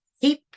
keep